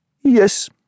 Yes